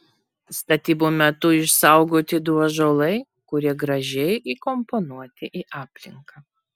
statybų metu išsaugoti du ąžuolai kurie gražiai įkomponuoti į aplinką